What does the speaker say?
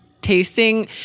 tasting